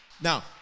Now